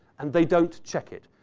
and they don't check it.